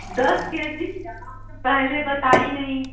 دس K G آپ تو پہلے بتائی نہیں